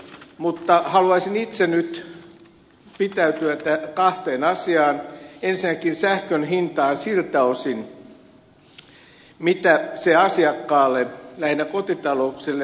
mutta haluaisin itse nyt pitäytyä kahdessa asiassa ensinnäkin sähkön hinnassa siltä osin mitä se asiakkaalle lähinnä kotitalouksille merkitsee